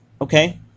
Okay